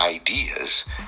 ideas